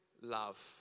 love